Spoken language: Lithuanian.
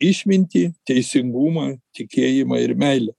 išmintį teisingumą tikėjimą ir meilę